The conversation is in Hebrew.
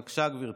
בבקשה, גברתי.